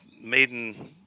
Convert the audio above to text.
maiden